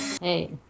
Hey